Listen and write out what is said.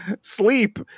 sleep